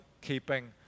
keeping